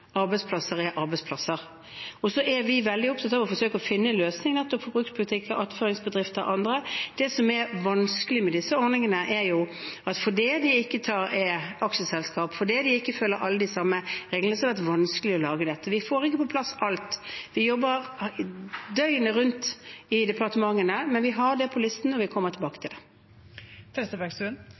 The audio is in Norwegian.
arbeidsplasser er arbeidsplasser. Så er vi veldig opptatt av å forsøke å finne en løsning nettopp for bruktbutikker, attføringsbedrifter og andre. Det som er vanskelig med disse ordningene, er at fordi de ikke er aksjeselskap, fordi de ikke følger alle de samme reglene, har det vært vanskelig å lage dette. Vi får ikke på plass alt, vi jobber døgnet rundt i departementene, men vi har det på listen, og vi kommer tilbake til